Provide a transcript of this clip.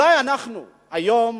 אולי אנחנו היום,